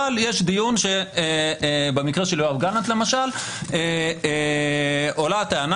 אבל במקרה של יואב גלנט למשל עולה הטענה